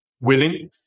willing